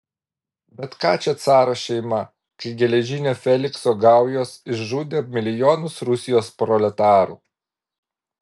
bet ką čia caro šeima kai geležinio felikso gaujos išžudė milijonus rusijos proletarų